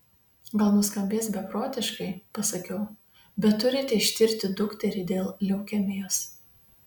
gal nuskambės beprotiškai pasakiau bet turite ištirti dukterį dėl leukemijos